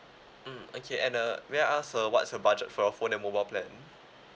mm okay and uh may I ask uh what's your budget for your phone and mobile plan